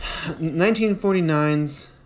1949's